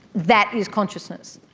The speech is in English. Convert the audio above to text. that is consciousness.